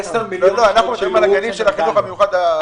אנחנו שואלים על הגנים של החינוך המיוחד.